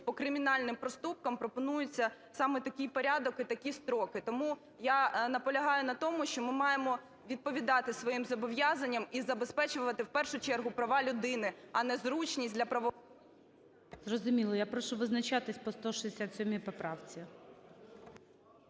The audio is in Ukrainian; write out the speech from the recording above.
по кримінальним проступкам пропонується саме такий порядок і такі строки. Тому я наполягаю на тому, що ми маємо відповідати своїм зобов'язанням і забезпечувати, в першу чергу, права людини, а не зручність для… ГОЛОВУЮЧИЙ. Зрозуміло. Я прошу визначатись по 167 поправці.